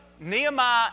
Nehemiah